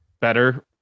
better